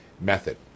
method